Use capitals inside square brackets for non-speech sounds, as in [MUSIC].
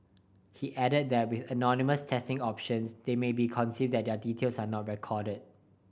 he added that with anonymous testing options they may not be [UNINTELLIGIBLE] that their details are not recorded